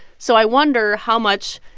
so i wonder how much